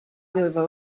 aveva